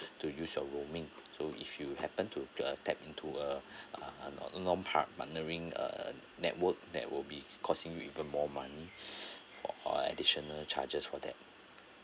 to use your roaming so if you happened to uh tap into uh uh non partnering uh network that would be causing you even more money or additional charges for that